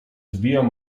wbijam